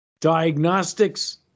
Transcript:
diagnostics